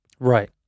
Right